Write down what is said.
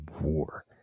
war